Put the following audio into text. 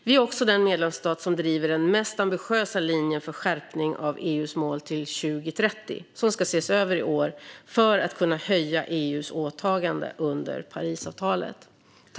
Vi är också den medlemsstat som driver den mest ambitiösa linjen för skärpning av EU:s mål till 2030, som ska ses över i år för att kunna höja EU:s åtagande under Parisavtalet.